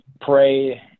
pray